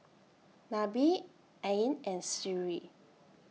Nabil Ain and Sri